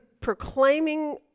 proclaiming